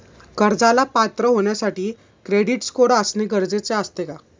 कर्जाला पात्र होण्यासाठी क्रेडिट स्कोअर असणे गरजेचे असते का?